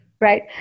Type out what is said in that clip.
Right